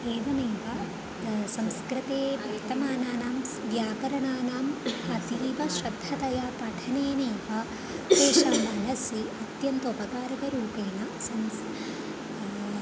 एवमेव संस्कृते वर्तमानानां स् व्याकरणानाम् अतीव श्रद्धतया पठनेनेव तेषां मनसि अत्यन्तोपकारकरूपेण संस्कृतं